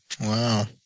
Wow